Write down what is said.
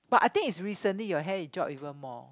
but I think it's recently your hair it drop even more